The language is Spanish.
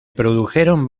produjeron